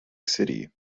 city